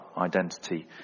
identity